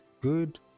good